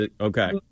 Okay